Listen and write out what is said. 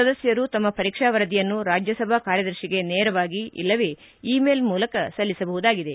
ಸದಸ್ಯರು ತಮ್ಮ ಪರೀಕ್ಷಾ ವರದಿಯನ್ನು ರಾಜ್ಯಸಭಾ ಕಾರ್ಯದರ್ಶಿಗೆ ನೇರವಾಗಿ ಇಲ್ಲವೇ ಇ ಮೇಲ್ ಮೂಲಕ ಸಲ್ಲಿಸಬಹುದಾಗಿದೆ